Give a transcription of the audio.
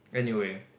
anyway